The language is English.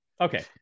okay